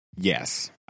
Yes